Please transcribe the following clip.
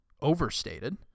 overstated